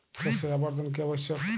শস্যের আবর্তন কী আবশ্যক?